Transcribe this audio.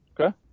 Okay